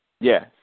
Yes